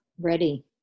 ready